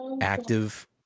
active